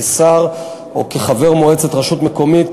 כשר או כחבר מועצת רשות מקומית,